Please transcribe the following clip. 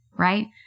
Right